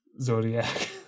Zodiac